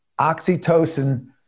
oxytocin